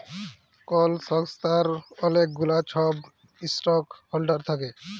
call সংস্থার অলেক গুলা ছব ইস্টক হল্ডার থ্যাকে